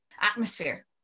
atmosphere